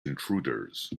intruders